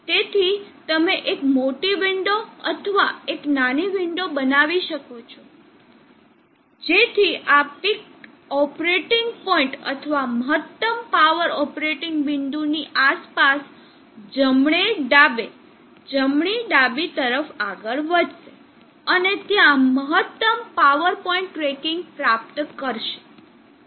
તેથી તમે એક મોટી વિંડો અથવા એક નાની વિંડો બનાવી શકો છો જેથી આ પીક પાવર ઓપરેટિંગ પોઇન્ટ અથવા મહત્તમ પાવર ઓપરેટિંગ બિંદુ ની આસપાસ જમણે ડાબે જમણે ડાબી તરફ આગળ વધશે અને ત્યાં મહત્તમ પાવર પોઇન્ટ ટ્રેકિંગ પ્રાપ્ત કરશે